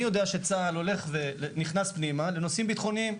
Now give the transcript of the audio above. אני יודע שצה"ל הולך ונכנס פנימה לנושאים ביטחוניים,